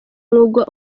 mwuga